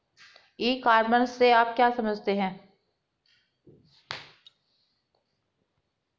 ई commerce से आप क्या समझते हो?